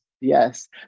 Yes